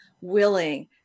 willing